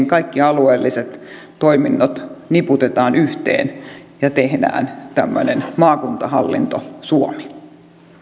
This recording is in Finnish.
kaikki alueelliset toiminnot niputetaan yhteen ja tehdään tämmöinen maakuntahallinto suomi